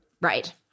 Right